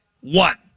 one